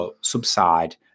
subside